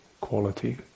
quality